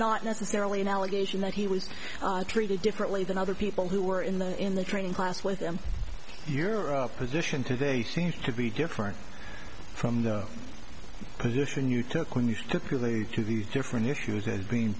not necessarily an allegation that he was treated differently than other people who were in the in the training class with them europe position today seems to be different from the position you took when you took your lead to these different issues as being